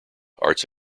art